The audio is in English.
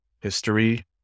history